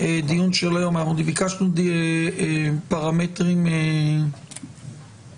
הדיון שלנו עד עת פתיחת המליאה בשעה 11:00 ויעסוק